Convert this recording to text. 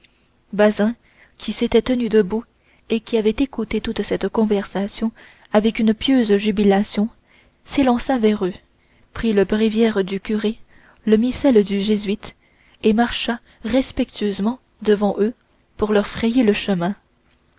bazin qui s'était tenu debout et qui avait écouté toute cette controverse avec une pieuse jubilation s'élança vers eux prit le bréviaire du curé le missel du jésuite et marcha respectueusement devant eux pour leur frayer le chemin